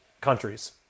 countries